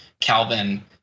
Calvin